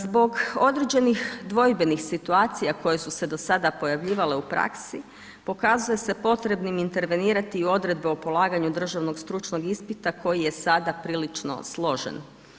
Zbog određenih dvojbenih situacija, koje su se do sada pojavljivale u praski pokazuje se potrebnim intervenirati i odredbe o polaganju državnog stručnog ispita, koji je sada prilično složen.